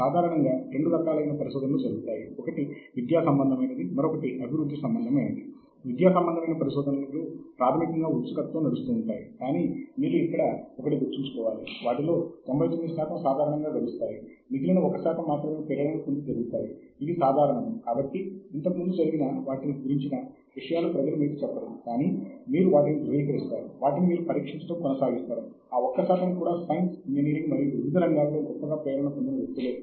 PhD యొక్క పరిశోధనా గ్రంధము రాయటానికి లేదా పరిశోధన ఆధారిత డిగ్రీ చేయటానికి సాహిత్య శోధన అతి ముఖ్యమైనది ఎందుకంటే చాలా తరచుగా పరిశోధన డిగ్రీలు విద్యార్ధి చేసిన అసలైన పనిని ఆధారముగా చేసుకొని ఇవ్వబడతాయి